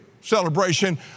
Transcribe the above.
celebration